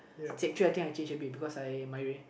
Sec three I think I change a bit because I